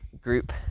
group